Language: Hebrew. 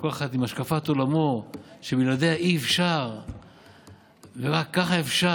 של כל אחד עם השקפת עולמו שבלעדיה אי-אפשר ורק ככה אפשר?